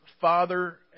father